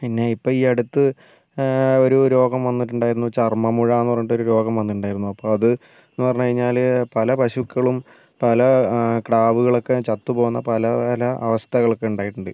പിന്നെ ഇപ്പം ഈ അടുത്ത് ഒരു രോഗം വന്നിട്ടുണ്ടായിരുന്നു ചർമ്മമുഴ എന്ന് പറഞ്ഞിട്ടൊരു രോഗം വന്നിട്ടുണ്ടായിരുന്നു അപ്പോൾ അതെന്ന് പറഞ്ഞുകഴിഞ്ഞാൽ പല പശുക്കളും പല കിടാവുകളൊക്കെ ചത്തുപോകുന്ന പല പല അവസ്ഥകളൊക്കെ ഉണ്ടായിട്ടുണ്ട്